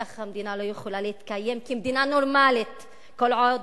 כך המדינה לא יכולה להתקיים כמדינה נורמלית כל עוד